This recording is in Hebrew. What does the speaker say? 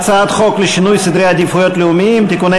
הצעת חוק לשינוי סדרי עדיפויות לאומיים (תיקוני